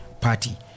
party